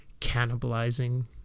cannibalizing